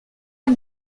pas